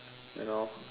you know